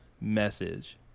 message